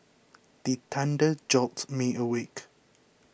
the thunder jolt me awake